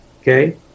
okay